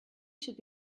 should